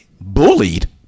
bullied